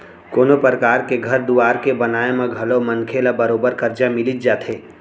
कोनों परकार के घर दुवार के बनाए म घलौ मनखे ल बरोबर करजा मिलिच जाथे